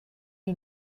you